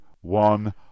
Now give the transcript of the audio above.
one